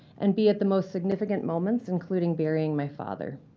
and be at the most significant moments, including burying my father.